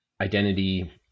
identity